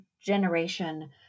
generation